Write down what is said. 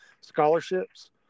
scholarships